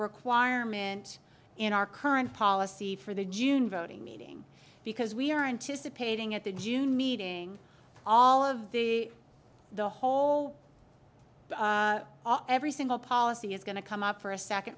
requirement in our current policy for the june voting meeting because we are anticipating at the june meeting all of the the whole every single policy is going to come up for a second